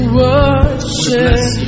worship